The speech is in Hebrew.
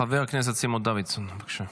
חבר הכנסת סימון דוידסון, בבקשה.